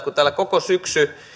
kun täällä koko syksy